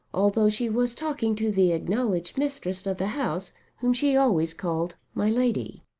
although she was talking to the acknowledged mistress of the house whom she always called my lady.